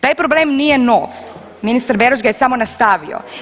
Taj problem nije nov, ministar Beroš ga je samo nastavio.